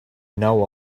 know